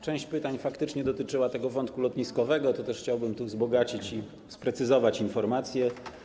Część pytań faktycznie dotyczyła tego wątku lotniskowego, dlatego chciałbym wzbogacić i sprecyzować informacje.